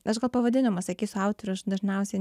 aš gal pavadinimą sakysiu autorių aš dažniausiai